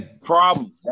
problem